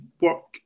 work